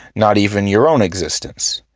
not even your own existence.